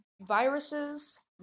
viruses